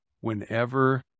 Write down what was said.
whenever